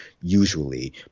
usually